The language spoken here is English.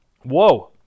Whoa